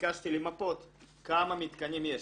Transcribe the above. ביקשתי למפות כמה מתקנים יש.